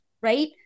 right